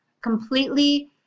completely